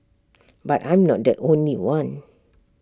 but I'm not the only one